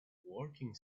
walking